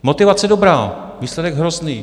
Motivace dobrá, výsledek hrozný.